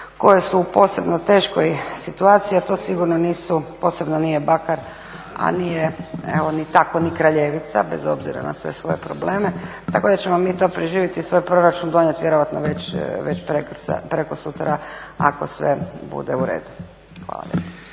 koje su u posebno teškoj situaciju a to sigurno nisu, posebno nije Bakar a nije evo ni tako ni Kraljevica bez obzira na sve svoje probleme. Tako da ćemo mi to preživjeti, svoj proračun donijet vjerojatno već prekosutra ako sve bude u redu. Hvala